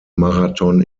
marathon